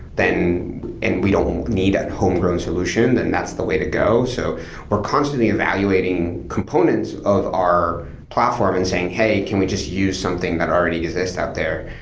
then and we don't need a homegrown solution, then that's the way to go so we're constantly evaluating components of our platform and saying, hey, can we just use something that already is out there?